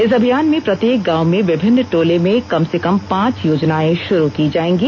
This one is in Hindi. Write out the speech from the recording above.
इस अभियान में प्रत्येक गांव में विभिन्न टोले में कम से कम पांच योजनाएं श्रू की जाएंगी